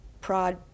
prod